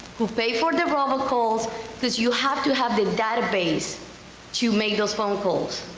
who paid for the robocalls because you have to have the database to make those phone calls,